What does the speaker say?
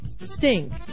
stink